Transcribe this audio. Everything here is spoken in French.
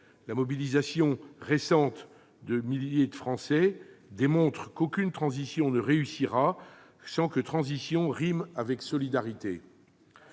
La mobilisation récente de milliers de Français démontre qu'aucune transition ne réussira si transition ne rime pas avec solidarité.